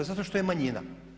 Zato što je manjina.